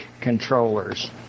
controllers